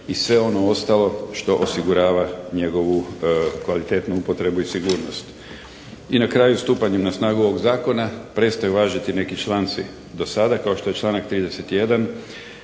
i sve ono ostalo što osigurava njegovu kvalitetnu upotrebu i sigurnost. I na kraju stupanjem na snagu ovog zakona prestaju važiti neki članci do sada, kao što je članak 31.